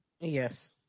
Yes